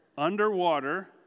Underwater